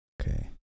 Okay